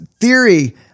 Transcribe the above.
theory